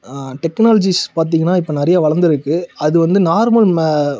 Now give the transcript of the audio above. technologies பார்த்திங்கன்னா இப்போ நிறைய வளர்ந்துருக்கு அது வந்து நார்மல் ம